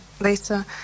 Lisa